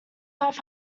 five